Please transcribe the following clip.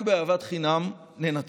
רק באהבת חינם ננצח.